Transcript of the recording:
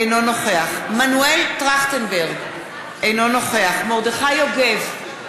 אינו נוכח מנואל טרכטנברג, אינו נוכח מרדכי יוגב,